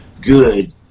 good